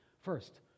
First